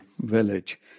village